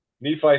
Nephi